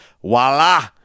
Voila